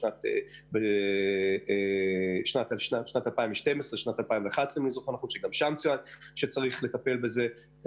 היה בשנת 2012 שגם שם צוין שצריך לטפל בזה.